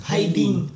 Hiding